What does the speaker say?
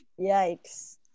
yikes